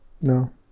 No